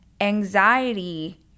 anxiety